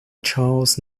charles